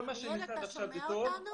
כל מה שנעשה עד עכשיו הוא טוב,